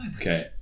Okay